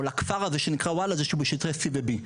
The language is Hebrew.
לכפר הזה שנקרא וולאג'ה שהוא בשטחי C ו-B.